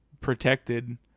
protected